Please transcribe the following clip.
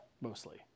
mostly